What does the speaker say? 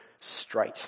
straight